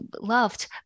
loved